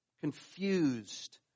Confused